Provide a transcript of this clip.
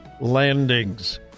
landings